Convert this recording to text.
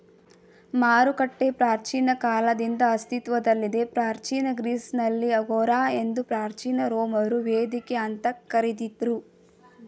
ಮಾರುಕಟ್ಟೆ ಪ್ರಾಚೀನ ಕಾಲದಿಂದ ಅಸ್ತಿತ್ವದಲ್ಲಿದೆ ಪ್ರಾಚೀನ ಗ್ರೀಸ್ನಲ್ಲಿ ಅಗೋರಾ ಎಂದು ಪ್ರಾಚೀನ ರೋಮರು ವೇದಿಕೆ ಅಂತ ಕರಿತಿದ್ರು